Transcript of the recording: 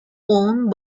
owned